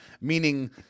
meaning